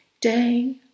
day